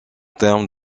termes